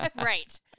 Right